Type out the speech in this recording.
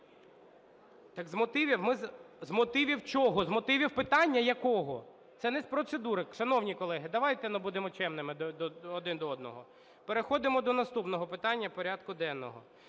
Так з мотивів чого? З мотивів питання якого? Це не з процедури. Шановні колеги, давайте будемо чемними один до одного! Переходимо до наступного питання порядку денного.